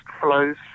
flows